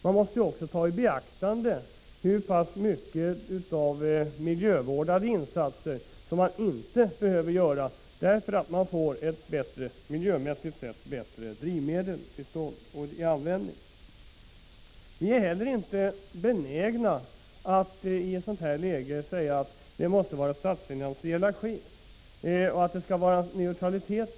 Man måste också ta i beaktande hur mycket av miljövårdande insatser som inte behöver göras, därför att vi får ett miljömässigt bättre drivmedel. Vi är inte heller benägna att i ett sådant läge kräva statsfinansiell neutralitet.